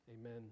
amen